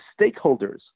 stakeholders